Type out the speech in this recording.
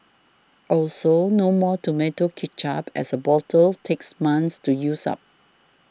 also no more tomato ketchup as a bottle takes months to use up